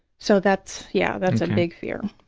so that's, yeah, that's a big fear.